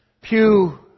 Pew